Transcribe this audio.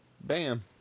bam